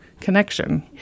connection